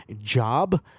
job